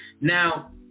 now